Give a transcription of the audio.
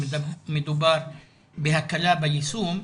שמדובר בהקלה ביישום,